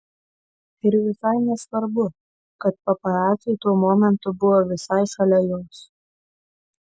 ir visai nesvarbu kad paparaciai tuo momentu buvo visai šalia jos